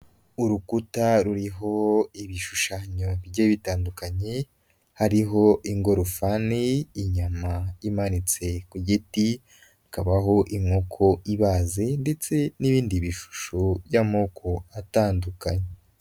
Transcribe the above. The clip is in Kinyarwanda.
Urukuta ruriho ibishushanyo bigiye bitandukanye, hariho ingorofani inyama imanitse ku giti hakabaho inkoko ibaze ndetse n'ibindi bishusho by'amoko atandukanye.